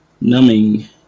numbing